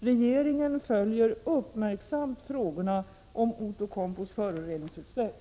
Regeringen följer uppmärksamt frågorna om Outokumpus föroreningsutsläpp.